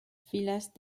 filas